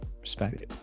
respect